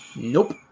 Nope